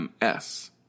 MS